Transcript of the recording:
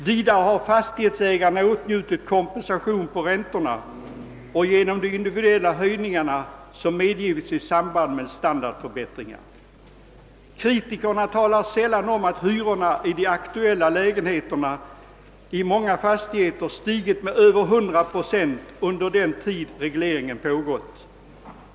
Vidare har fastighetsägarna åtnjutit kompensation i fråga om räntorna och genom de individuella höjningar som medgi Kritikerna talar sällan om att hyrorna i de aktuella lägenheterna i många fastigheter stigit med över 100 procent under den tid regleringen gällt.